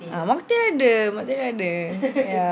uh mocktail ada mocktail ada ya